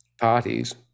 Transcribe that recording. parties